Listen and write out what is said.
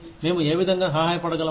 మేము ఏ విధంగా సహాయపడగలము